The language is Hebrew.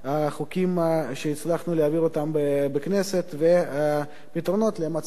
החוקים שהצלחנו להעביר אותם בכנסת והפתרונות למצב